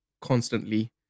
constantly